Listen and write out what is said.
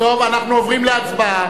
טוב, אנחנו עוברים להצבעה.